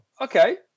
Okay